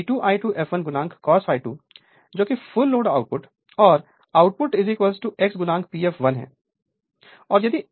तो V2 I2 fl cos ∅2 जो full load output और आउटपुट X P fl है